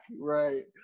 Right